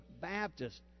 Baptist